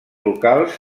locals